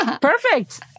Perfect